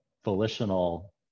volitional